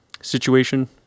situation